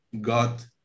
got